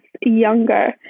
younger